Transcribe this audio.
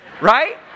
right